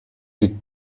liegt